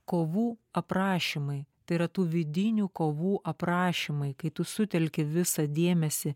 kovų aprašymai tai yra tų vidinių kovų aprašymai kai tu sutelki visą dėmesį